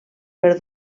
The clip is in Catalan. per